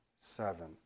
seven